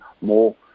more